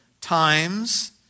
times